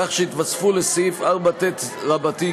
כך שיתווספו לסעיף 4ט(ג)